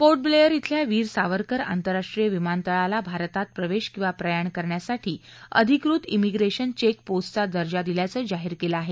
port Blair इथल्या वीर सावरकर आंतरराष्ट्रीय विमानतळाला भारतात प्रवेश किंवा प्रयाण करण्यासाठी अधिकृत इमिप्रेशन चेक पोस्टचा दर्जा दिल्याचं जाहीर केलं आहे